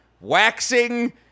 waxing